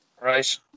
Right